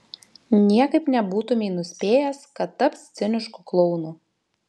niekaip nebūtumei nuspėjęs kad taps cinišku klounu